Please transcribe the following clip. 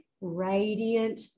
radiant